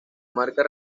marca